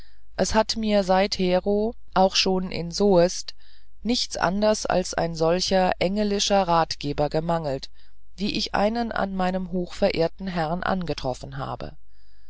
es hat mir seithero auch schon in soest nichts anders als ein solcher engelischer ratgeber gemangelt wie ich einen an meinem hochgeehrten herrn angetroffen habe